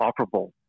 operable